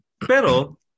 Pero